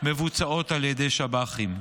מבוצעות על ידי שב"חים.